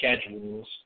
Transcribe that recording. schedules